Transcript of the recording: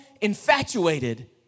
infatuated